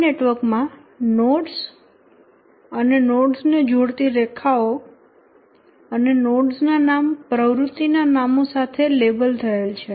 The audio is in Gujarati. આ માં નોડ્સ અને નોડ્સ ને જોડતી રેખાઓ અને નોડ્સ ના નામ પ્રવૃત્તિ ના નામો સાથે લેબલ થયેલ છે